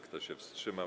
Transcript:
Kto się wstrzymał?